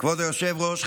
כבוד היושב-ראש,